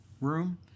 room